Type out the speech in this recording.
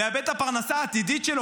מאבד את הפרנסה העתידית שלו,